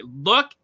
look